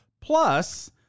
plus